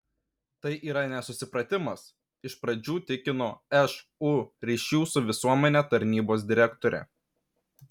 tai yra nesusipratimas iš pradžių tikino šu ryšių su visuomene tarnybos direktorė